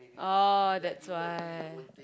oh that's why